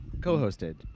Co-hosted